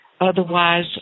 Otherwise